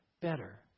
better